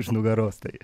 už nugaros tai